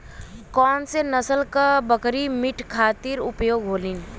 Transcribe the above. कौन से नसल क बकरी मीट खातिर उपयोग होली?